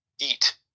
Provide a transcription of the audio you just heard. eat